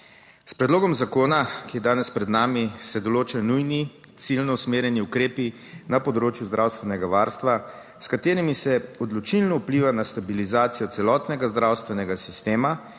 S predlogom zakona, ki je danes pred nami, se določajo nujni ciljno usmerjeni ukrepi na področju zdravstvenega varstva, s katerimi se odločilno vpliva na stabilizacijo celotnega zdravstvenega sistema